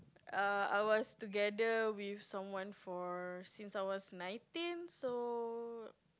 err I was together with someone for since I was nineteen so